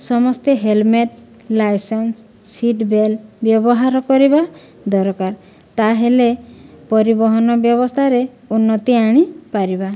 ସମସ୍ତେ helmet licence seatbelt ବ୍ୟବହାର କରିବା ଦରକାର ତା'ହେଲେ ପରିବହନ ବ୍ୟବସ୍ଥାରେ ଉନ୍ନତି ଆଣିପରିବା